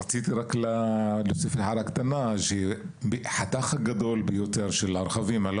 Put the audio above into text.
רציתי רק להוסיף שהחתך הגדול ביותר של הרכבים הלא